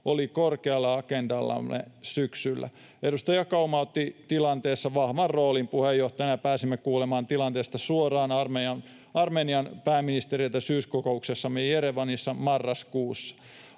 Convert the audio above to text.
oli korkealla agendallamme syksyllä. Edustaja Kauma otti tilanteessa vahvan roolin puheenjohtajana, ja pääsimme kuulemaan tilanteesta suoraan Armenian pääministeriltä syyskokouksessamme Jerevanissa marraskuussa.